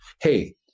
Hey